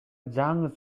жаңы